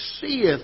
seeth